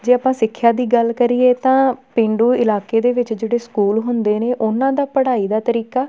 ਜੇ ਆਪਾਂ ਸਿੱਖਿਆ ਦੀ ਗੱਲ ਕਰੀਏ ਤਾਂ ਪੇਂਡੂ ਇਲਾਕੇ ਦੇ ਵਿੱਚ ਜਿਹੜੇ ਸਕੂਲ ਹੁੰਦੇ ਨੇ ਉਹਨਾਂ ਦਾ ਪੜ੍ਹਾਈ ਦਾ ਤਰੀਕਾ